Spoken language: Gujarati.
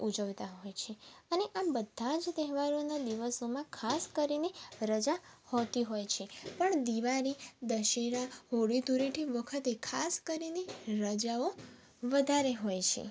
ઉજવતા હોય છે અને આમ બધા જ તહેવારોના દિવસોમાં ખાસ કરીને રજા હોતી હોય છે પણ દિવાળી દશેરા હોળી ધૂળેટી વખતે ખાસ કરીને રજાઓ વધારે હોય છે